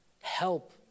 help